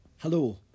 Hello